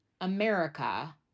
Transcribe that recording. America